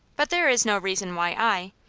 but there is no reason why i,